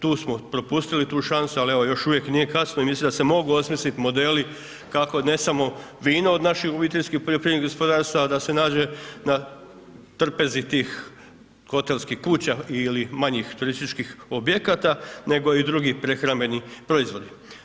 Tu smo propustili tu šansu, ali evo još uvijek nije kasno i mislim da se mogu osmislit modeli kako, ne samo vino od naših obiteljskih poljoprivrednih gospodarstava da se nađe na trpezi tih hotelskih kuća ili manjih turističkih objekata, nego i drugih prehrambenih proizvodi.